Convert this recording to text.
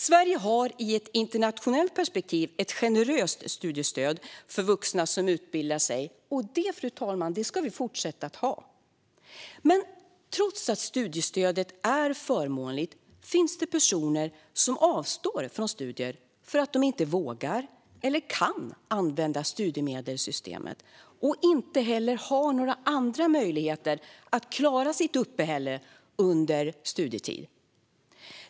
Sverige har i ett internationellt perspektiv ett generöst studiestöd för vuxna som utbildar sig, och det ska vi fortsätta att ha, fru talman. Men trots att studiestödet är förmånligt finns det personer som avstår från studier för att de inte vågar eller kan använda studiemedelssystemet och inte heller har några andra möjligheter att klara sitt uppehälle under studietiden.